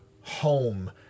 home